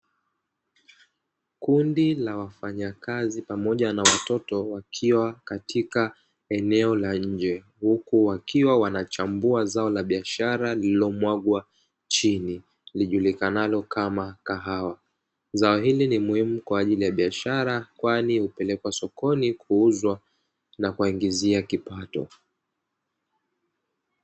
Kundi la wafanyakazi pamoja na watoto wakiwa katika eneo la nje huku wakiwa wanachambua zao la biashara lililomwagwa chini lijulikanalo kama kahawa, zao hili ni muhimu kwa ajili ya biashara kwani hupelekwa sokoni kuuzwa na kuwaingizia kipato.